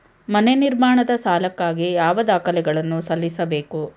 ಮನೆ ನಿರ್ಮಾಣದ ಸಾಲಕ್ಕಾಗಿ ಯಾವ ದಾಖಲೆಗಳನ್ನು ಸಲ್ಲಿಸಬೇಕು?